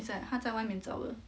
it's like 她在外面找的